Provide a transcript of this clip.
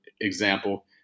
example